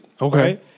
Okay